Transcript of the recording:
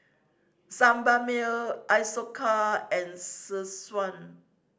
Sebamed Isocal and Selsun